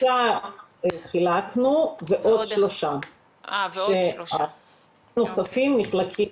שלושה חילקנו, ועוד שלושה --- נוספים נחלקים